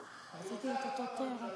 אני רוצה הארכה בממשלה.